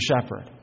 shepherd